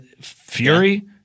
Fury